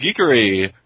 geekery